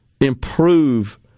improve